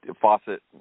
faucet